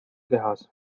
kehas